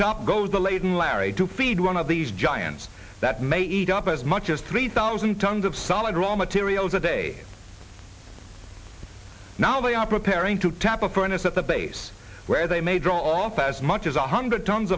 top goes the laden larry to feed one of these giants that may eat up as much as three thousand tons of solid raw materials a day now they are preparing to tap a furnace at the base where they may draw off as much as one hundred tons